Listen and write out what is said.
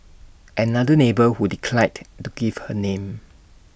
another neighbour who declined to give her name